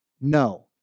No